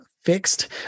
fixed